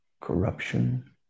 corruption